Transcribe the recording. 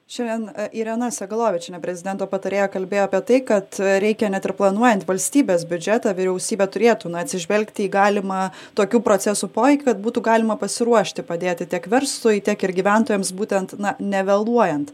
šiandien irena segalovičienė prezidento patarėja kalbėjo apie tai kad reikia net ir planuojant valstybės biudžetą vyriausybė turėtų na atsižvelgti į galimą tokių procesų poveikį kad būtų galima pasiruošti padėti tiek verslui tiek ir gyventojams būtent na nevėluojant